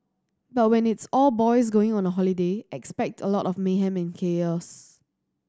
but when it's all boys going on holiday expect a lot of mayhem and chaos